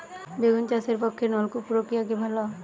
বেগুন চাষের পক্ষে নলকূপ প্রক্রিয়া কি ভালো?